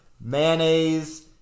mayonnaise